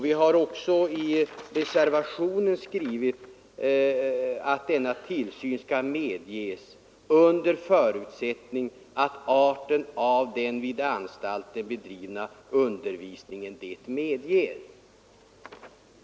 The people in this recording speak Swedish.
Vi har i reservationen skrivit att denna tillsyn skall medges ”under förutsättning att arten av den vid anstalten bedrivna undervisningen det medger”.